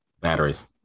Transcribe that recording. Batteries